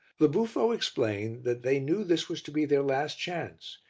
the buffo explained that they knew this was to be their last chance,